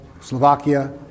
Slovakia